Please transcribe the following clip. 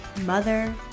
mother